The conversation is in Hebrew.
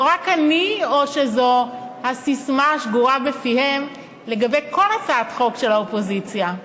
זו רק אני או שזו הססמה השגורה בפיהם לגבי כל הצעת חוק של האופוזיציה?